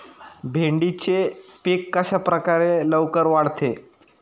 भेंडीचे पीक कशाप्रकारे लवकर वाढते?